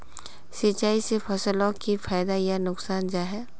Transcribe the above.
सिंचाई से फसलोक की फायदा या नुकसान जाहा?